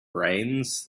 brains